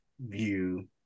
view